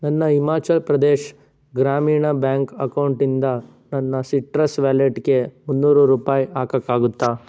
ನನ್ನ ಹಿಮಾಚಲ್ ಪ್ರದೇಶ್ ಗ್ರಾಮೀಣ ಬ್ಯಾಂಕ್ ಅಕೌಂಟಿಂದ ನನ್ನ ಸಿಟ್ರಸ್ ವ್ಯಾಲೆಟ್ಗೆ ಮುನ್ನೂರು ರೂಪಾಯಿ ಹಾಕೋಕ್ಕಾಗುತ್ತಾ